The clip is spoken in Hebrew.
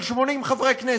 של 80 חברי כנסת.